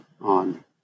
on